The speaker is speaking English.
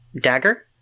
dagger